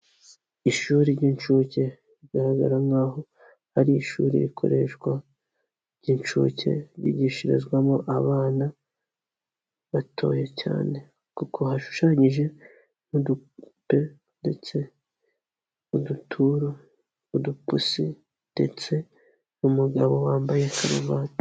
Ishuri ry'inshuke rigaragara nk'aho ari ishuri rikoreshwa ry'inshuke, ryigishirizwamo abana batoya cyane kuko hashushanyije udupupe duke, uduturo, udupusi ndetse n'umugabo wambaye karuvati.